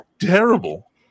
terrible